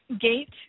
gate